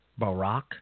Barack